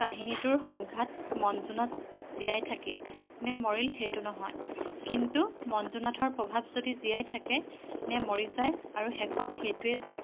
কাহিনীটোৰ সংঘাত মঞ্জুনাথ জীয়াই থাকিল নে মৰিল সেইটো নহয় কিন্তু মঞ্জুনাথৰ প্ৰভাৱ যদি জীয়াই থাকে নে মৰি যায় আৰু শেষত সেইটোৱেই জয়